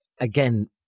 again